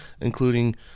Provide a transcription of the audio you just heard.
including